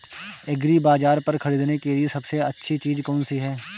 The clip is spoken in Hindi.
एग्रीबाज़ार पर खरीदने के लिए सबसे अच्छी चीज़ कौनसी है?